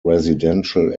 residential